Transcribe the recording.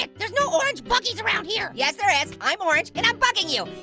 yeah there's no orange buggys around here! yes there is! i'm orange, and i'm bugging you!